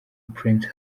prince